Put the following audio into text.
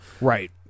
right